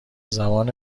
زبان